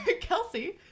Kelsey